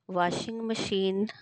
washing machine